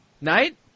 night